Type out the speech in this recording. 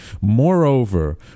Moreover